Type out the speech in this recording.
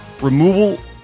removal